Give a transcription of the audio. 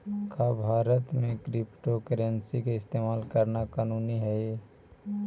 का भारत में क्रिप्टोकरेंसी के इस्तेमाल करना कानूनी हई?